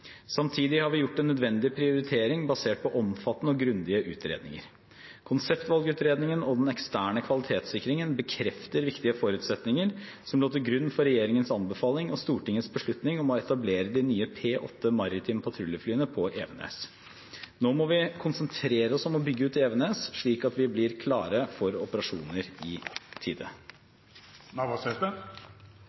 nødvendig prioritering basert på omfattende og grundige utredninger. Konseptvalgutredningen og den eksterne kvalitetssikringen bekrefter viktige forutsetninger som lå til grunn for regjeringens anbefaling og Stortingets beslutning om å etablere de nye P-8 maritime patruljeflyene på Evenes. Nå må vi konsentrere oss om å bygge ut Evenes, slik at vi blir klare for operasjoner i